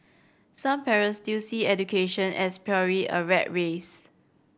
some parents still see education as purely a rat race